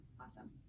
awesome